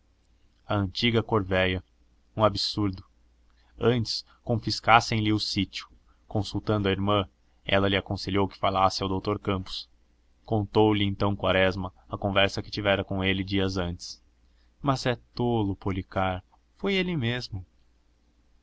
a antiga corvéia um absurdo antes confiscassem lhe o sítio consultando a irmã ela lhe aconselhou que falasse ao doutor campos contou-lhe então quaresma a conversa que tivera com ele dias antes mas és tolo policarpo foi ele mesmo